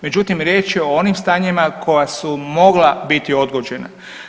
Međutim, riječ je o onim stanjima koja su mogla biti odgođena.